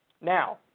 Now